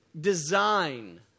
design